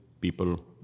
people